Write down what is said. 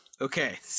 Okay